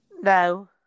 No